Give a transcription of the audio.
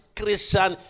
Christian